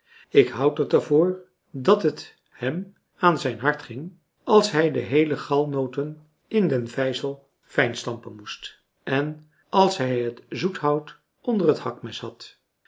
ik houd het er voor dat het hem aan zijn hart ging als hij de heele galnoten in den vijzel fijnstampen moest en als hij het zoethout onder het hakmes had